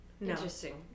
Interesting